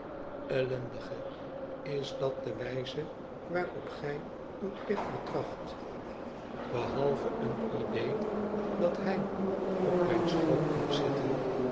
ellendige is dat de wijze waarop gij uw plicht betracht behalve een idéé dat hij op mijn schoot moet zitten